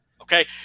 Okay